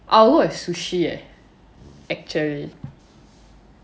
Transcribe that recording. I will work at sushi eh actually